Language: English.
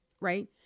Right